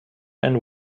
and